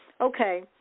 Okay